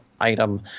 item